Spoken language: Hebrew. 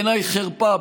בעיניי חרפה,